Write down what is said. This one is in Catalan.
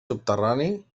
subterrani